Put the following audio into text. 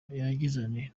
yagize